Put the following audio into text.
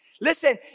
Listen